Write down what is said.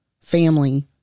family